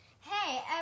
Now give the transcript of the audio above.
Hey